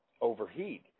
overheat